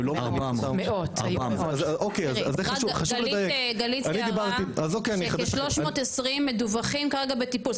400. רק גלית הערה שכ- 320 מדווחים כרגע בטיפול,